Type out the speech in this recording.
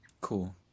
Cool